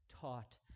taught